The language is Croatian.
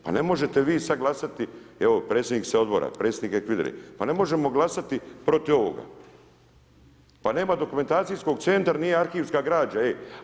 Pa ne možete vi sada glasati, evo predsjednik odbora, predsjednika HVIDRA-e pa ne možemo glasati protiv ovoga, pa nema Dokumentacijskog centra nije arhivska građa ej.